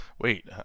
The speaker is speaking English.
Wait